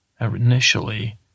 initially